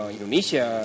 Indonesia